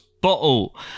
bottle